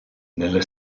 nelle